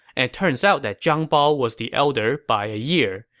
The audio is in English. and it turns out that zhang bao was the elder by a year,